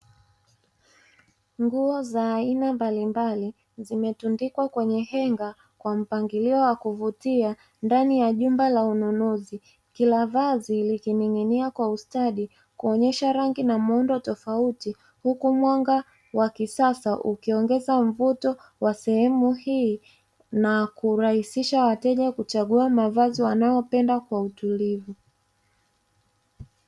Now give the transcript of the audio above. Nguo za aina mbalimbali zimetundikwa kwenye henga kwa mpangilio wa kuvutia ndani ya jumba la ununuzi, kila vazi likining'inia kwa ustadi kuonesha rangi na muundo tofauti huku mwanga wa kisasa ukiongeza mvuto wa sehemu hii na kurahishishia wateja kuchagua mavazi wanayopenda kwa utulivu.